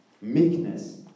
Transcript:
meekness